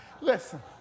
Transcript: listen